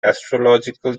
astrological